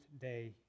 day